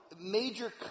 major